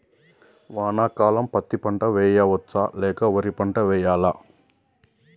వానాకాలం పత్తి పంట వేయవచ్చ లేక వరి పంట వేయాలా?